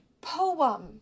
poem